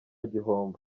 gihombo